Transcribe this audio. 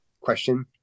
question